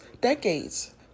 decades